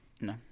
No